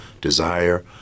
desire